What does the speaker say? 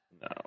No